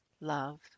love